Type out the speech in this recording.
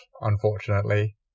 unfortunately